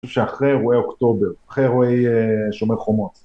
שאחרי אירועי אוקטובר, אחרי אירועי שומר חומות